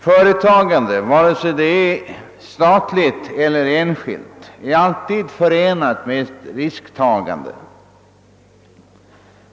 Företagandet, vare sig det är statligt eller enskilt, är alltid förenat med risktagande.